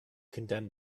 condemned